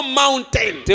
mountain